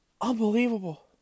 Unbelievable